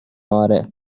آره